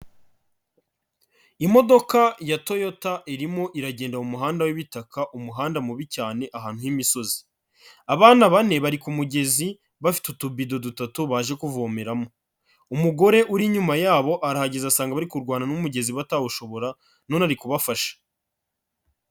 Imodoka ya toyota irimo iragenda mu muhanda w'ibitaka, umuhanda mubi cyane ahantu h'imisozi. Abana bane bari ku mugezi bafite utubido dutatu baje kuvomeramo. Umugore uri inyuma yabo arahageza asanga bari kurwana n'umugezi batawushobora none ari kubafasha.